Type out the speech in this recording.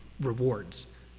rewards